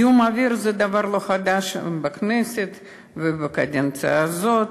זיהום אוויר זה לא דבר חדש בכנסת ובקדנציה הזאת.